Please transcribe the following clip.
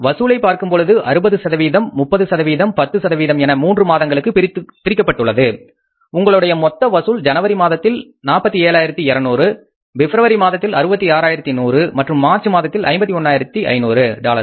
வசூலை பார்க்கும்பொழுது அது 60 30 10 என மூன்று மாதங்களுக்கு பிரிக்கப்பட்டுள்ளது உங்களுடைய மொத்த வசூல் ஜனவரி மாதத்தில் 47200 பிப்ரவரி மாதத்தில் 66100 மற்றும் மார்ச் மாதத்தில் 51500 டாலர்கள்